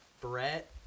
Brett